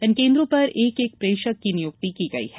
इन केंद्रों पर एक एक प्रेक्षक की नियुक्ति की गई है